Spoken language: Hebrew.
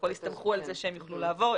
הסתמכו על זה שהם יוכלו לעבור.